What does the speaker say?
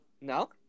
No